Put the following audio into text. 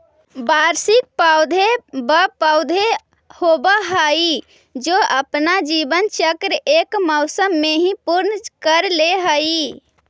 वार्षिक पौधे व पौधे होवअ हाई जो अपना जीवन चक्र एक मौसम में ही पूर्ण कर ले हई